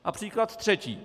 A příklad třetí.